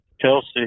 Kelsey